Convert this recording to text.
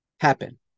happen